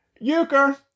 Euchre